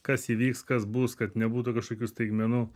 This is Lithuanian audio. kas įvyks kas bus kad nebūtų kažkokių staigmenų